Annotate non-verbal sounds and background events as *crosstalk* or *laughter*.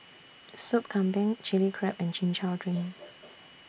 Soup Kambing Chili Crab and Chin Chow Drink *noise*